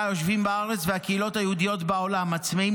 היושבים בארץ והקהילות היהודיות בעולם הצמאים